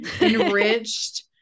enriched